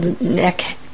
neck